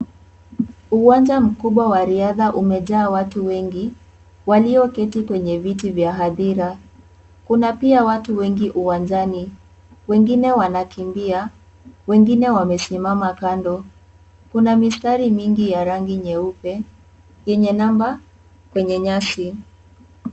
Uwanja mkubwa wa riadha umejaa watu wengi walioketi kwenye viti vya hadhira. Kuna pia watu wengi uwanjani, wengine wanakimbia, wengine wamesimama kando. Kuna mistari mingi ya rangi nyeupe yenye namba kwenye nyasi.